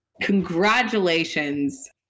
Congratulations